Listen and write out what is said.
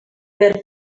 per